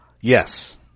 Yes